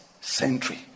century